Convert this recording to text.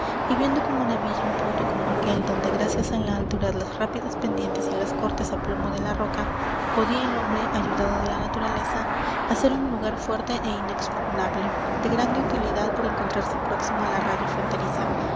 y viendo con maravilla un punto como aquél donde gracias á la altura las rápidas pendientes y los cortes á plomo de la roca podía el hombre ayudado de la naturaleza hacer un lugar fuerte é inexpugnable de grande utilidad por encontrarse próximo á la raya fronteriza